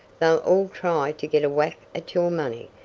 they'll all try to get a whack at your money.